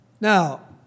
Now